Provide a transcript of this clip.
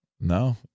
No